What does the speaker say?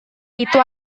itu